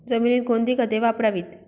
जमिनीत कोणती खते वापरावीत?